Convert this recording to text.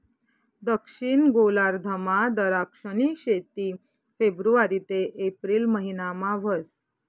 दक्षिण गोलार्धमा दराक्षनी शेती फेब्रुवारी ते एप्रिल महिनामा व्हस